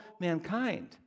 mankind